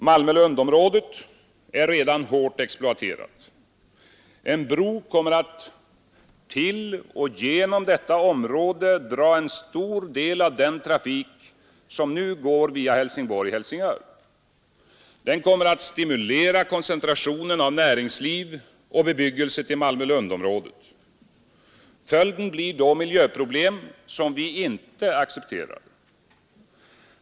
Malmö-Lundområdet är redan hårt exploaterat. En bro kommer att till och genom detta område dra en stor del av den trafik som nu går via Helsingborg och Helsingör. Den kommer att stimulera koncentrationen av näringsliv och bebyggelse till Malmö-Lundområdet. Följden blir då miljöproblem som vi inte accepterar.